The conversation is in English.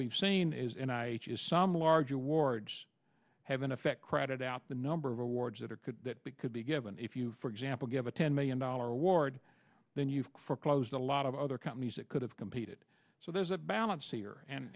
we've seen is in some large awards have in effect crowded out the number of awards that are could be could be given if you for example give a ten million dollar award then you've foreclosed a lot of other companies that could have competed so there's a balance here and